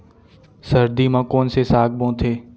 सर्दी मा कोन से साग बोथे?